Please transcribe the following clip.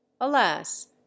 alas